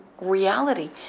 reality